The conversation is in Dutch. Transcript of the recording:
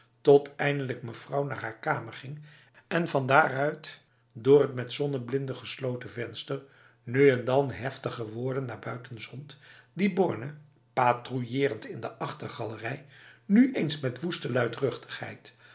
tot eindelijk mevrouw naar haar kamer ging en vandaar uit door het met zonneblinden gesloten venster nu en dan heftige woorden naar buiten zond die borne patrouillerend in de achtergalerij nu eens met woeste